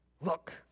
Look